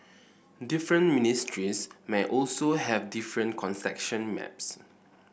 different ministries may also have different concession maps